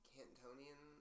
Cantonian